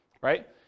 right